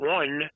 one